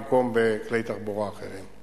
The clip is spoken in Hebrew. במקום בכלי תחבורה אחרים.